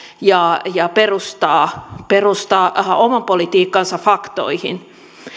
ja ja perustaa perustaa oman politiikkansa faktoihin